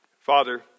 Father